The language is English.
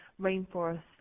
Rainforest